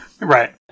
Right